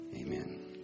Amen